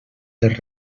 dels